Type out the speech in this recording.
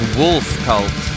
wolf-cult